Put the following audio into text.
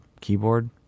keyboard